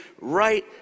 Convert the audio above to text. right